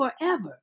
forever